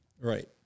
Right